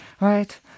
Right